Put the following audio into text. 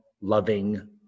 loving